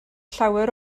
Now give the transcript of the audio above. llawer